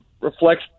reflects